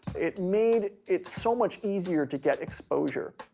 it made it so much easier to get exposure.